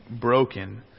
broken